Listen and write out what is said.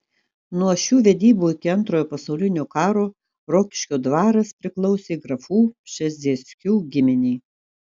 nuo šių vedybų iki antrojo pasaulinio karo rokiškio dvaras priklausė grafų pšezdzieckių giminei